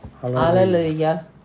Hallelujah